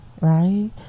Right